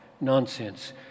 nonsense